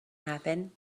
happen